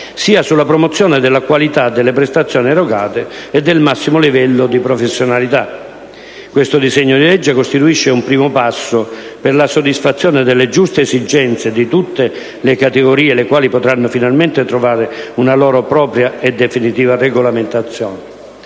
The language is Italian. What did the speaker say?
sia sulla promozione della qualità delle prestazioni erogate e del massimo livello di professionalità. Questo disegno di legge costituisce un primo passo per la soddisfazione delle giuste esigenze di tutte le categorie, le quali potranno finalmente trovare una loro propria e definitiva regolamentazione.